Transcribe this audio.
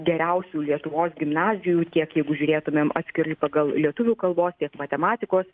geriausių lietuvos gimnazijų tiek jeigu žiūrėtumėm atskirai pagal lietuvių kalbos tiek matematikos